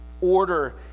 order